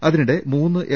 അതിനിടെ മൂന്ന് എം